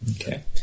Okay